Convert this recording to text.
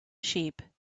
sheep